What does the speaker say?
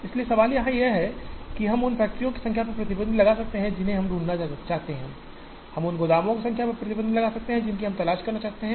इसलिए यहां सवाल यह है कि हम उन फैक्ट्रियों की संख्या पर प्रतिबंध लगा सकते हैं जिन्हें हम ढूंढना चाहते हैं हम उन गोदामों की संख्या पर प्रतिबंध लगा सकते हैं जिनकी हम तलाश करना चाहते हैं